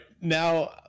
Now